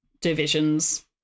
divisions